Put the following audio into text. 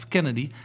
Kennedy